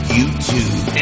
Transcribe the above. YouTube